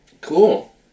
Cool